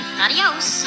adios